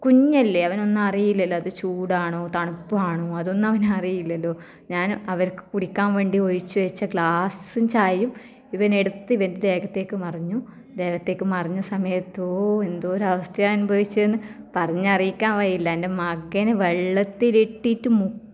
കുഞ്ഞല്ലേ അവനൊന്നും അറിയില്ലല്ലോ അത് ചൂടാണോ തണുപ്പാണോ അതൊന്നും അവന് അറിയില്ലല്ലോ ഞാൻ അവർക്ക് കുടിക്കാൻ വേണ്ടി ഒഴിച്ച് വെച്ച ഗ്ലാസ്സും ചായയും ഇവനെടുത്ത് ഇവൻ്റെ ദേഹത്തേക്ക് മറിഞ്ഞു ദേഹത്തേക്ക് മറിഞ്ഞ സമയത്തോ എന്തൊരു അവസ്ഥയാണ് അനുഭവിച്ചതെന്ന് പറഞ്ഞ് അറിയിക്കാൻ വഴിയില്ല എൻ്റെ മകനെ വെള്ളത്തിലിട്ടിട്ട് മു